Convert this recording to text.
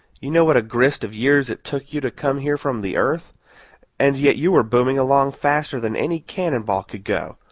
you know what a grist of years it took you to come here from the earth and yet you were booming along faster than any cannon-ball could go.